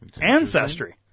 Ancestry